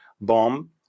bomb